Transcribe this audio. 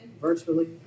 virtually